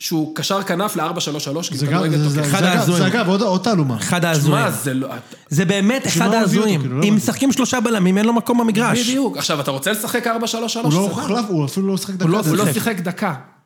שהוא קשר כנף ל 4-3-3, כי... זה אגב, זה אגב, זה אגב, זה אגב עוד תעלומה. אחד ההזויים. תשמע, זה לא... זה באמת אחד ההזויים. אם משחקים שלושה בלמים, אין לו מקום במגרש. בדיוק, עכשיו, אתה רוצה לשחק 4-3-3? הוא לא יוכל, הוא אפילו לא שחק דקה. הוא לא שחק דקה.